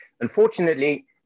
unfortunately